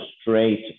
straight